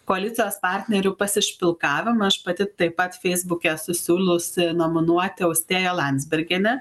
koalicijos partnerių pasišpilkavimą aš pati taip pat feisbuke esu siūliusi nominuoti austėją landsbergienę